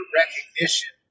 recognition